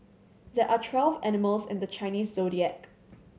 there are twelve animals in the Chinese Zodiac